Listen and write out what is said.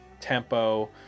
tempo